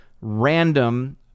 random